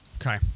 okay